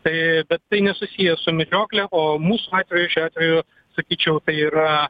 tai bet tai nesusiję su medžiokle o mūsų atveju šiuo atveju sakyčiau tai yra